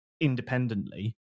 independently